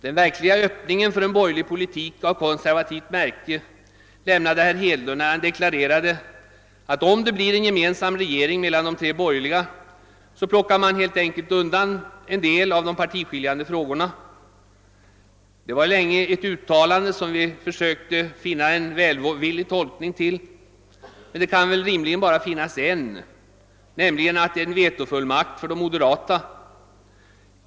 Den verkliga öppningen för en borgerlig politik av konservativt märke lämnade herr Hedlund, när han deklarerade att om det blir en gemensam regering mellan de tre borgerliga så plockar man helt enkelt undan en del av de partiskiljande frågorna. Det var ett uttalande som vi länge sökte en välvillig tolkning till. Men det kan väl rimligen bara finnas en: det var en veto-fullmakt för de moderata.